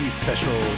special